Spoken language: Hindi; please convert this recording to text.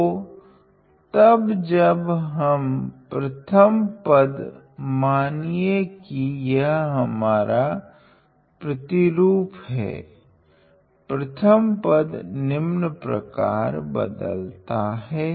तो तब जब हम प्रथम पद मानिए की यह हमारा प्रतिरूप है प्रथम पद निम्न प्रकार बदलता है